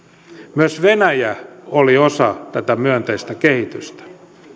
myös venäjä oli osa tätä myönteistä kehitystä